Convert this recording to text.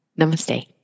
Namaste